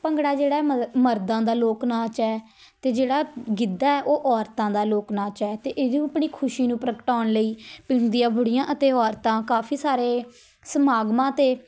ਭੰਗੜਾ ਜਿਹੜਾ ਹੈ ਮਰਦਾਂ ਦਾ ਲੋਕ ਨਾਚ ਹੈ ਅਤੇ ਜਿਹੜਾ ਗਿੱਧਾ ਹੈ ਉਹ ਔਰਤਾਂ ਦਾ ਲੋਕ ਨਾਚ ਹੈ ਅਤੇ ਇਹਨੂੰ ਆਪਣੀ ਖੁਸ਼ੀ ਨੂੰ ਪ੍ਰਗਟਾਉਣ ਲਈ ਪਿੰਡ ਦੀਆਂ ਬੁੜੀਆਂ ਅਤੇ ਔਰਤਾਂ ਕਾਫੀ ਸਾਰੇ ਸਮਾਗਮਾਂ 'ਤੇ